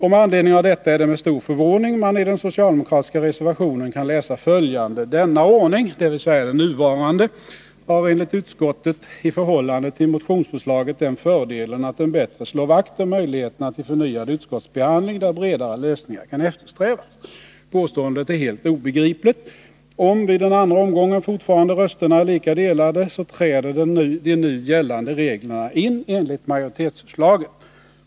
Med anledning av detta är det med stor förvåning man i den socialdemokratiska reservationen kan läsa följande: ”Denna ordning” — dvs. den nuvarande — ”har enligt utskottet i förhållande till motionsförslaget den fördelen att den bättre slår vakt om möjligheterna till en förnyad utskottsbehandling där bredare politiska lösningar kan eftersträvas.” Påståendet är helt obegripligt. Om vid den andra omgången rösterna fortfarande är lika delade, så träder nu gällande regler in enligt majoritetsförslaget.